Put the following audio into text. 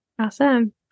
Awesome